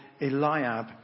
Eliab